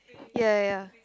ya ya ya